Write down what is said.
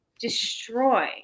destroy